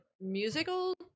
musical